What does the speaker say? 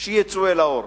שיצאו אל האור.